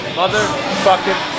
motherfucking